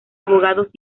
abogados